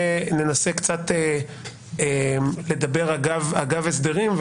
ננסה לדבר אגב הסדרים.